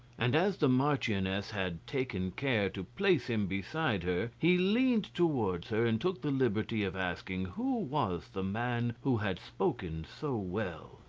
and as the marchioness had taken care to place him beside her, he leaned towards her and took the liberty of asking who was the man who had spoken so well.